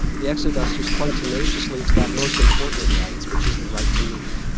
the exodusters clung tenaciously to that most important of rights, which is the right to move.